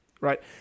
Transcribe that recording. right